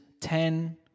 ten